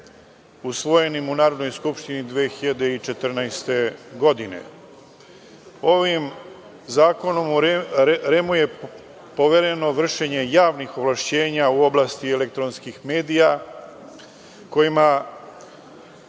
usvojenim u Narodnoj skupštini 2014. godine. Ovim zakonom REM-u je povereno vršenje javnih ovlašćenja u oblasti elektronskih medija kojima